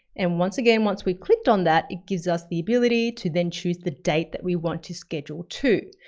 and once again, once we clicked on that, it gives us the ability to then choose the date that we want to schedule to.